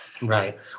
Right